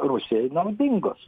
rusijai naudingos